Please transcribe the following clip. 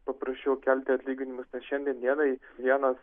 paprasčiau kelti atlyginimus nes šiandien dienai vienas